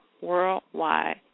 worldwide